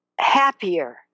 happier